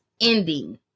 ending